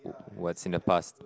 oo what's in the past